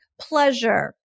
pleasure